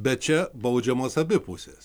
bet čia baudžiamos abi pusės